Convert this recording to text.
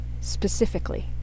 specifically